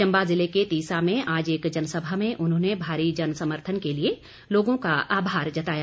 चम्बा जिले के तीसा में आज एक जनसभा में उन्होंने भारी जनसमर्थन के लिए लोगों का आभार जताया